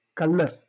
color